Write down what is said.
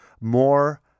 more